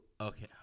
okay